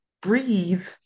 breathe